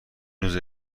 روزه